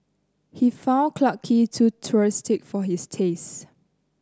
he found Clarke Quay too touristic for his taste